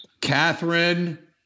Catherine